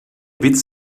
witz